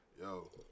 Yo